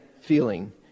feeling